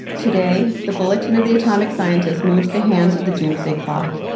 today, the bulletin of the atomic scientists moves the hands of the doomsday clock.